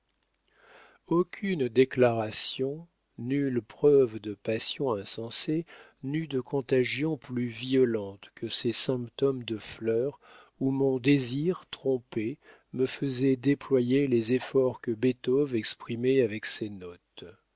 aucune déclaration nulle preuve de passion insensée n'eut de contagion plus violente que ces symphonies de fleurs où mon désir trompé me faisait déployer les efforts que beethoven exprimait avec ses notes